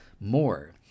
more